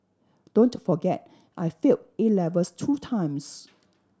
don't forget I failed A levels two times